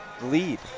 lead